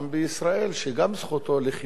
שגם זכותו לחיות בשלום,